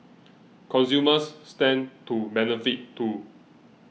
consumers stand to benefit too